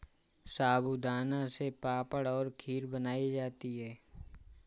साबूदाना से पापड़ और खीर बनाई जाती है